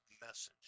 message